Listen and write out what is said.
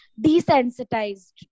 desensitized